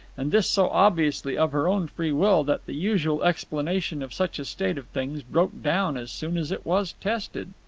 and this so obviously of her own free will that the usual explanation of such a state of things broke down as soon as it was tested.